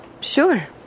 Sure